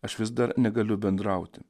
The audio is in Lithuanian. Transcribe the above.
aš vis dar negaliu bendrauti